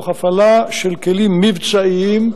תוך הפעלה של כלים מבצעיים,